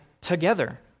together